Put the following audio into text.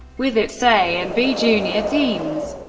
with its a and b-junior teams,